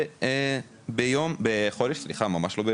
כלומר קופת המדינה היא עשירה מאשר אי